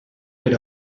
per